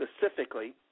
specifically